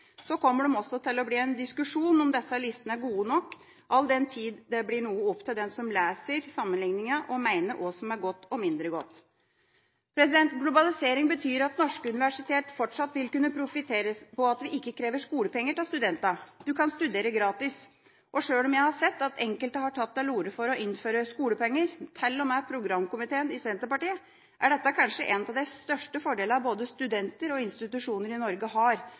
Så kommer det også til å bli en diskusjon om disse listene er gode nok all den tid det blir noe opp til den som leser sammenligningene, å mene hva som er godt og mindre godt. Globalisering betyr at norske universiteter fortsatt vil kunne profitere på at vi ikke krever skolepenger av studentene. Man kan studere gratis. Selv om jeg har sett at enkelte har tatt til orde for å innføre skolepenger, til og med programkomiteen i Senterpartiet, er dette kanskje en av de største fordelene både studenter og institusjoner i Norge har,